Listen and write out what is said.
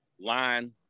line